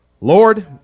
Lord